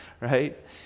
right